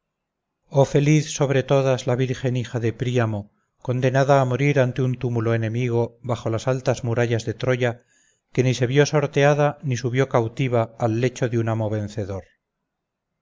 oh feliz sobre todas la virgen hija de príamo condenada a morir ante un túmulo enemigo bajo las altas murallas de troya que ni se vio sorteada ni subió cautiva al lecho de un